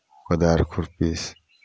कोदारि खुरपी